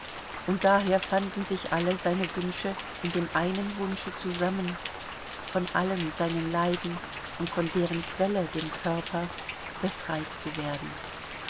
und daher fanden sich alle seine wünsche in dem einen wunsche zusammen von allen seinen leiden und von deren quelle dem körper befreit zu werden